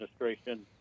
Administration